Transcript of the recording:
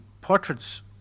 portraits